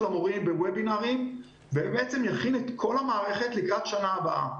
המורים בוובינרים ויכין את כל המערכת לקראת השנה הבאה.